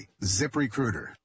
ZipRecruiter